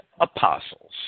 apostles